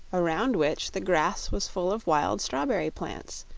around which the grass was full of wild strawberry plants,